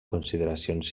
consideracions